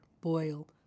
Boil